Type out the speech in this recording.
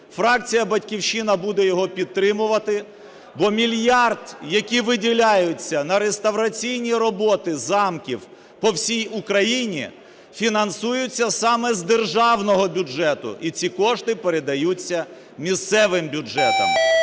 Фракція "Батьківщина" буде його підтримувати. Бо мільярд, який виділяється на реставраційні роботи замків по всій Україні, фінансується саме з державного бюджету і ці кошти передаються місцевим бюджетам.